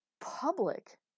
public